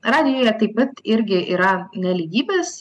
radijuje taip pat irgi yra nelygybės